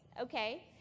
okay